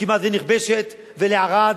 שכמעט שנכבשת, ולערד.